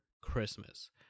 Christmas